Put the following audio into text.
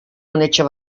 unetxo